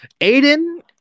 Aiden